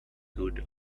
good